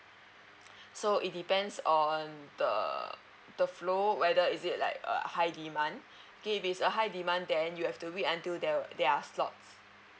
so it depends on the the flow whether is it like a high demand okay if it is a high demand then you have to wait until there there are slot